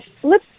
flip